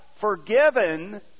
forgiven